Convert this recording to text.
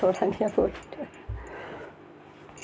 ते